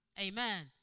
Amen